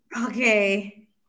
Okay